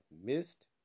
missed